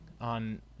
on